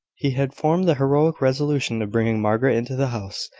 he had formed the heroic resolution of bringing margaret into the house,